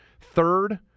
third